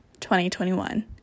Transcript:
2021